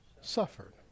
suffered